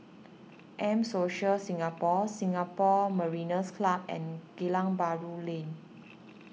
M Social Singapore Singapore Mariners' Club and Geylang Bahru Lane